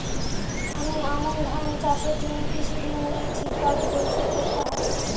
আমি আমন ধান চাষের জন্য কৃষি ঋণ নিয়েছি কবে পরিশোধ করতে হবে?